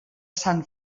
sant